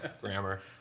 grammar